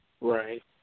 Right